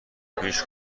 پیش